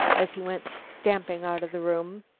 as he went stamping out of the room.